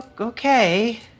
Okay